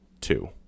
two